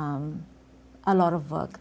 a lot of